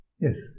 Yes